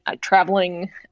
traveling